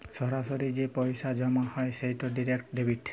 সরাসরি যে পইসা জমা হ্যয় সেট ডিরেক্ট ডেবিট